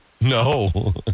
No